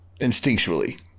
instinctually